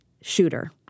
shooter